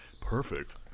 Perfect